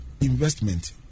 Investment